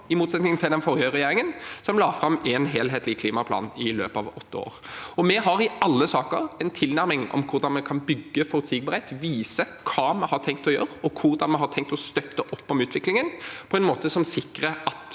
i motsetning til den forrige regjeringen, som la fram én helhetlig klimaplan i løpet av åtte år. Vi har i alle saker en tilnærming om hvordan vi kan bygge forutsigbarhet og vise hva vi har tenkt å gjøre, og hvordan vi har tenkt å støtte opp om utviklingen slik at vi sikrer at